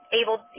able –